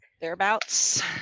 thereabouts